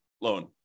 loan